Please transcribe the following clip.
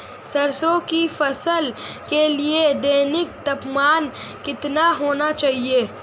सरसों की फसल के लिए दैनिक तापमान कितना होना चाहिए?